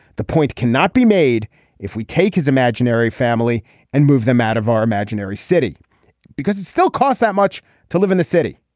the point cannot be made if we take his imaginary family and move them out of our imaginary city because it still costs that much to live in the city.